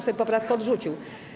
Sejm poprawkę odrzucił.